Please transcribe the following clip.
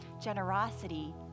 Generosity